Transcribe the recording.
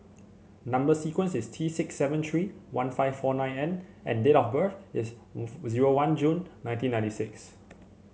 number sequence is T six seven three one five four nine N and date of birth is zero one June nineteen ninety six